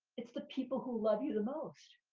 it's the people who love you the most.